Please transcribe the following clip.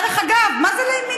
דרך אגב, מה זה לימיני?